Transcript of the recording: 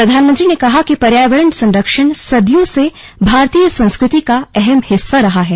प्रधानमंत्री ने कहा कि पर्यावरण संरक्षण सदियों से भारतीय संस्कृति का अहम हिस्सा रहा है